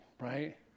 right